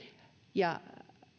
ja